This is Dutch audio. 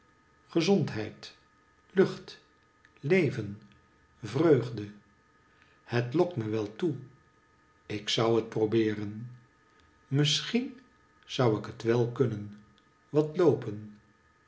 gezondheid lucht leven vreugde hetloktmeweltoe ik zou het probeeren misschien zou ik wel kunnen wat loopen